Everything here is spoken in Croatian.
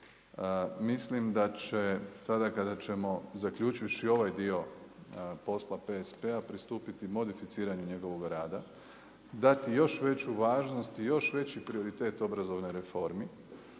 Mislim da će sada kada ćemo zaključivši ovaj dio posla PSP-a pristupiti modificiranju njegovog rada dati još veću važnost i još veći prioritet obrazovnoj reformi.